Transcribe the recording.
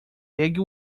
pegue